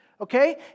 okay